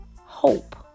hope